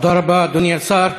תודה רבה, אדוני השר.